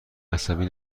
عصبی